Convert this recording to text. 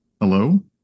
hello